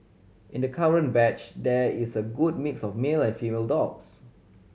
in the current batch there is a good mix of male and female dogs